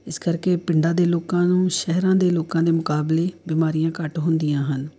ਇਸ ਕਰਕੇ ਪਿੰਡਾਂ ਦੇ ਲੋਕਾਂ ਨੂੰ ਸ਼ਹਿਰਾਂ ਦੇ ਲੋਕਾਂ ਦੇ ਮੁਕਾਬਲੇ ਬਿਮਾਰੀਆਂ ਘੱਟ ਹੁੰਦੀਆਂ ਹਨ